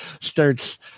starts